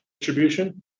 distribution